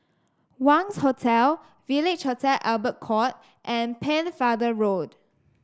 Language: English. Wangz Hotel Village Hotel Albert Court and Pennefather Road